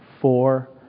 Four